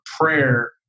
prayer